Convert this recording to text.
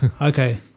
Okay